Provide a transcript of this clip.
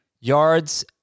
Yards